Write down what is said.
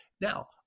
Now